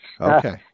okay